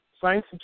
science